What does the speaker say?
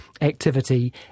activity